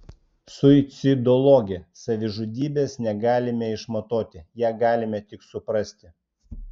suicidologė savižudybės negalime išmatuoti ją galime tik suprasti